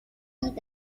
زیادی